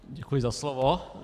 Děkuji za slovo.